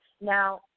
Now